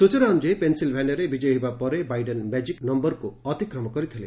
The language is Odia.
ସ୍କଚନା ଅନ୍ୟାୟୀ ପେନ୍ସିଲ୍ଭାନିଆରେ ବିଜୟୀ ହେବା ପରେ ବାଇଡେନ୍ ମ୍ୟାଜିକ୍ ନୟରକ୍ତ ଅତିକ୍ରମ କରିଥିଲେ